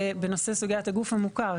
בנושא סוגיית הגוף המוכר,